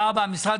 משרד